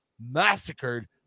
massacred